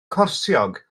corsiog